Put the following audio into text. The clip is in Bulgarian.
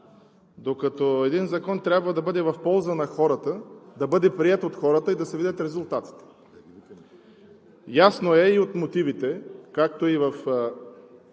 държавата. Един закон трябва да бъде в полза на хората, да бъде приет от хората и да се видят резултатите. От мотивите, както и от